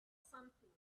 something